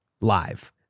live